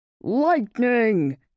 Lightning